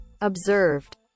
observed